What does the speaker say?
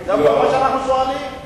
זה מה שאנחנו שואלים.